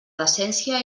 decència